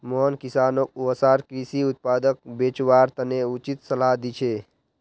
मोहन किसानोंक वसार कृषि उत्पादक बेचवार तने उचित सलाह दी छे